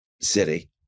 city